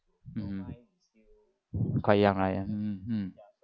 mmhmm quite young right mmhmm hmm